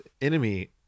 enemy